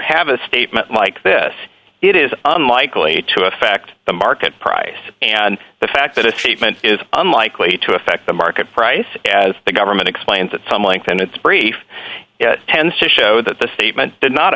have a statement like this it is unlikely to affect the market price and the fact that a statement is unlikely to affect the market price as the government explains at some length and its brief tends to show that the statement did not